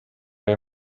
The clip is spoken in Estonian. või